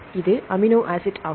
இது amino acid ஆகும்